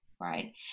right